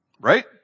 Right